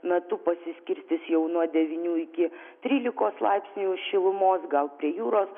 metu pasiskirstys jau nuo devynių iki trylikos laipsnių šilumos gal prie jūros